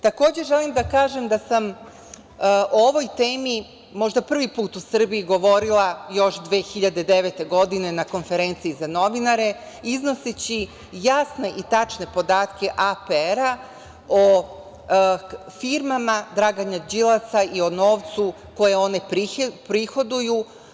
Takođe, želim da kažem da sam o ovoj temi možda prvi put u Srbiji govorila još 2009. godine, na konferenciji za novinare iznoseći jasne i tačne podatke APR-a o firmama Dragana Đilasa i o novcu koje oni prihoduju.